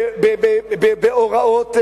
בהוראות,